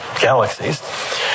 galaxies